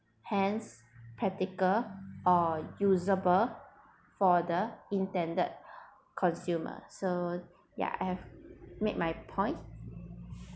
hence practical or usable for the intended consumer so ya I've made my point